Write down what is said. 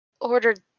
ordered